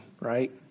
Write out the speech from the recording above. right